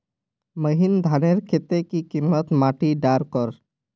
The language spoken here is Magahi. महीन धानेर केते की किसम माटी डार कर?